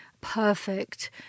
perfect